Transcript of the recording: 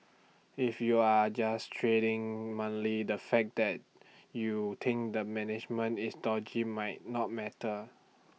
if you're just trading monthly the fact that you think the management is dodgy might not matter